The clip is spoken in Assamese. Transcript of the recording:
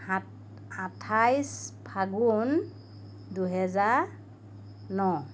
সাত আঠাইছ ফাগুণ দুহেজাৰ ন